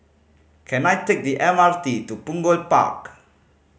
can I take the M R T to Punggol Park